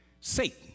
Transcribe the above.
Satan